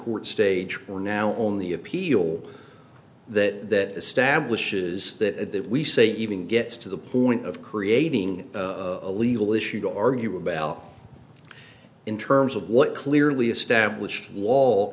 court stage for now on the appeal that establishes that we say even gets to the point of creating a legal issue to argue about in terms of what clearly established wall